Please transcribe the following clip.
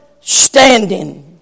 standing